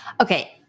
Okay